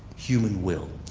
human will.